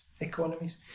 economies